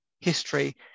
history